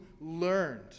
learned